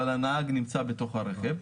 אבל הנהג נמצא בתוך הרכב,